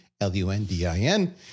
L-U-N-D-I-N